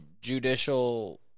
judicial